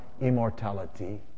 immortality